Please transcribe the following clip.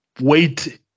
Wait